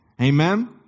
Amen